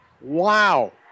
Wow